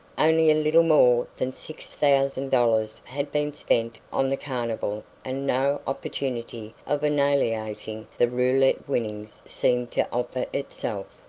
only a little more than six thousand dollars had been spent on the carnival and no opportunity of annihilating the roulette winnings seemed to offer itself.